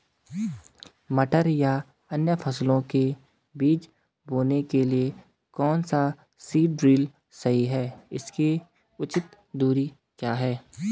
मटर या अन्य फसलों के बीज बोने के लिए कौन सा सीड ड्रील सही है इसकी उचित दूरी क्या है?